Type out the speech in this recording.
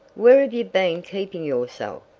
where have you been keeping yourself?